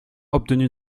obtenu